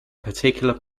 particular